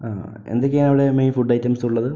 ആ എന്തൊക്കെയാണ് അവിടെ മെയിൻ ഫുഡ് ഐറ്റംസ് ഉള്ളത്